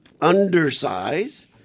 undersize